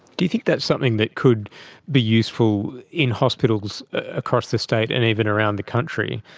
do you think that's something that could be useful in hospitals across the state and even around the country,